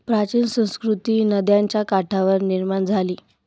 प्राचीन संस्कृती नद्यांच्या काठावर निर्माण झाली